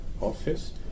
office